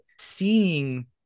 seeing